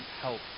help